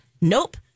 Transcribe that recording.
nope